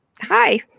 Hi